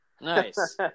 nice